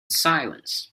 silence